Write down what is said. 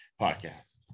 podcast